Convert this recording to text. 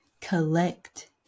collect